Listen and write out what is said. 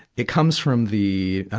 it comes from the,